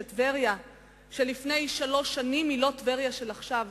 על כך שטבריה של לפני שלוש שנים היא לא טבריה של עכשיו.